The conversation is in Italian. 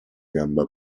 gamba